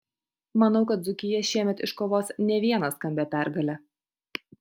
manau kad dzūkija šiemet iškovos ne vieną skambią pergalę